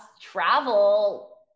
travel